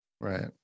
Right